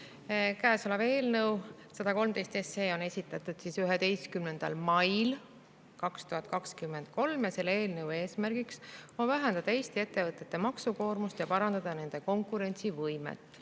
Käesolev eelnõu 113 on esitatud 11. mail 2023. Selle eelnõu eesmärk on vähendada Eesti ettevõtete maksukoormust ja parandada nende konkurentsivõimet.